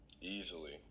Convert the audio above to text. Easily